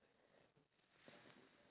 so